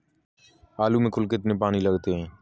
आलू में कुल कितने पानी लगते हैं?